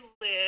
live